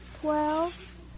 twelve